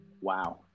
Wow